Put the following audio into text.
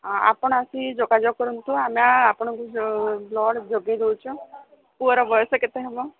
ଆପଣ ଆସି ଯୋଗାଯୋଗ କରନ୍ତୁ ଆମେ ଆପଣଙ୍କୁ ବ୍ଲଡ୍ ଯୋଗେଇ ଦେଉଛୁ ପୁଅର ବୟସ କେତେ ହେବ